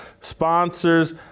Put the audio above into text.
sponsors